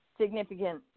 significant